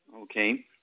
Okay